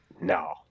No